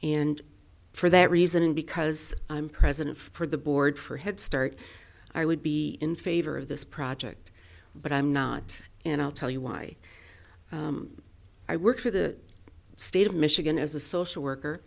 and for that reason because i'm president for the board for head start i would be in favor of this project but i'm not and i'll tell you why i work for the state of michigan as a social worker